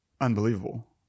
unbelievable